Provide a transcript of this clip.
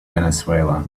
venezuela